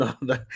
No